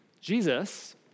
Jesus